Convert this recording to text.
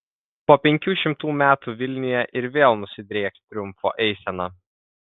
po penkių šimtų metų vilniuje ir vėl nusidrieks triumfo eisena